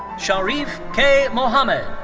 sharif k. mohammed.